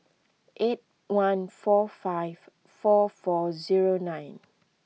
eight one four five four four zero nine